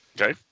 Okay